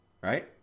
Right